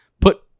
put